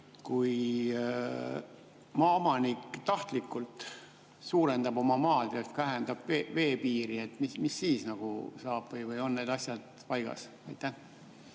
kui maaomanik tahtlikult suurendab oma maad ja vähendab veepiiri, mis siis saab? Või on need asjad paigas? Aitäh,